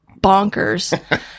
bonkers